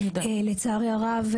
לצערי הרב,